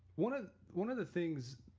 one ah one of the things,